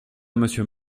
monsieur